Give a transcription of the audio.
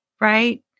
right